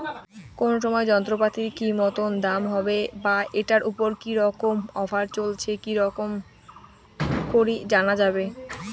কোন সময় যন্ত্রপাতির কি মতন দাম হবে বা ঐটার উপর কি রকম অফার চলছে কি রকম করি জানা যাবে?